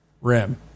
rim